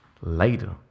Later